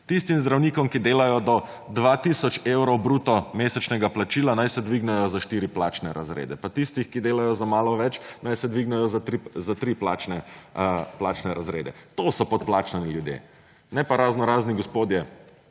Tistim zdravnikom, ki delajo do 2 tisoč evrov bruto mesečnega plačila naj se dvignejo za štiri plačne razrede. Pa tistih, ki delajo za malo več naj se dvignejo za tri plačne razrede. To so podplačani ljudje, ne pa raznorazni gospodje